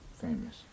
famous